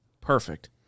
perfect